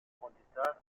candidat